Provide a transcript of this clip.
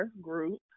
group